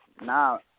Now